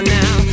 now